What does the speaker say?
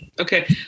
Okay